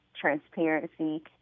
transparency